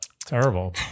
terrible